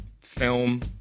film